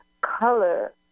color